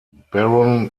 baron